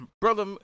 brother